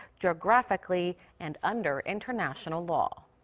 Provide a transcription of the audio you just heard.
geographically and under international law.